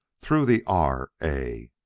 through the r. a!